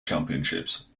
championships